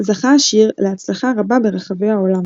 זכה השיר להצלחה רבה ברחבי העולם.